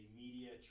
media